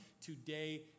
today